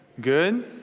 Good